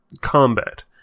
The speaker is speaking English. combat